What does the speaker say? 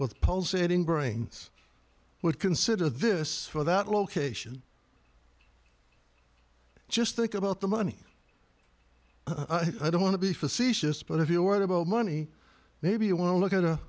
with pulsating brains would consider this or that location just think about the money i don't want to be facetious but if you're worried about money maybe you want to look at